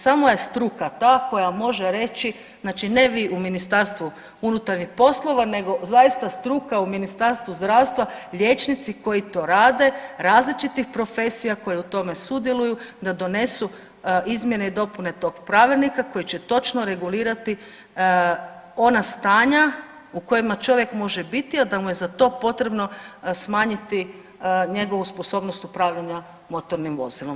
Samo je struka ta koja može reći, znači ne vi u Ministarstvu unutarnjih poslova, nego zaista struka u Ministarstvu zdravstva, liječnici koji to rade različitih profesija koji u tome sudjeluju da donesu izmjene i dopune tog pravilnika koji će točno regulirati ona stanja u kojima čovjek može biti, a da mu je za to potrebno smanjiti njegovu sposobnost upravljanja motornim vozilom.